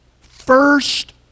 First